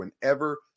whenever